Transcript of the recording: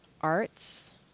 arts